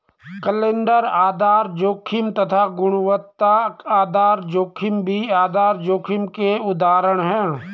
calendar आधार जोखिम तथा गुणवत्ता आधार जोखिम भी आधार जोखिम के उदाहरण है